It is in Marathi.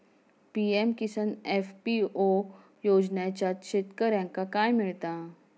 पी.एम किसान एफ.पी.ओ योजनाच्यात शेतकऱ्यांका काय मिळता?